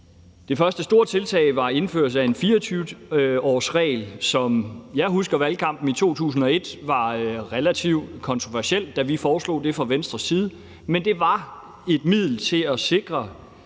Det første store tiltag var indførelse af en 24-årsregel, som – sådan som jeg husker valgkampen i 2001 – var relativt kontroversiel, da vi foreslog det fra Venstres side. Men det var et middel til at sikre